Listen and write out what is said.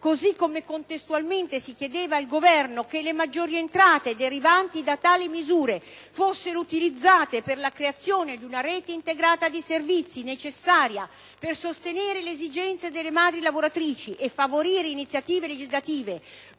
giorno, contestualmente, chiede al Governo che le maggiori entrate derivanti da tali misure vengano utilizzate per la creazione di una rete integrata di servizi necessaria per sostenere le esigenze delle madri lavoratrici e favorire iniziative legislative